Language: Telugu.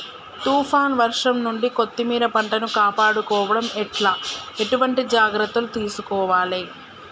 తుఫాన్ వర్షం నుండి కొత్తిమీర పంటను కాపాడుకోవడం ఎట్ల ఎటువంటి జాగ్రత్తలు తీసుకోవాలే?